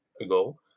ago